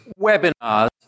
webinars